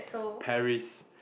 Paris